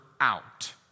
out